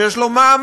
שיש לו מעמד,